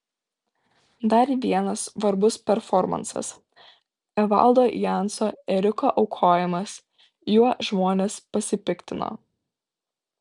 dar vienas svarbus performansas evaldo janso ėriuko aukojimas juo žmonės pasipiktino